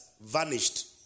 vanished